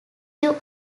you